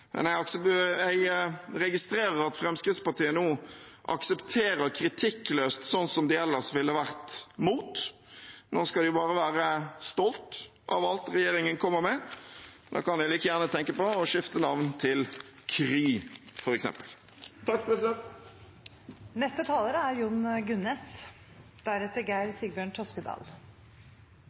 Men jeg registrerer at Fremskrittspartiet nå aksepterer kritikkløst sånt som de ellers ville vært imot. Nå skal de bare være stolte av alt som regjeringen kommer med. Da kan de like gjerne tenke på å skifte navn til